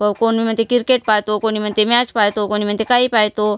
क कोण म्हणते किरकेट पाहतो कोणी म्हणते मॅच पाहतो कोणी म्हणते काही पाहतो